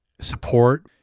support